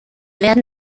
werden